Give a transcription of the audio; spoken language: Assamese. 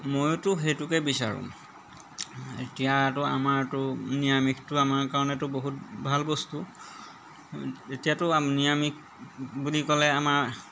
ময়োতো সেইটোকে বিচাৰোঁ এতিয়াতো আমাৰতো নিৰামিষটো আমাৰ কাৰণেতো বহুত ভাল বস্তু এতিয়াতো নিৰামিষ বুলি ক'লে আমাৰ